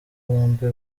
bombi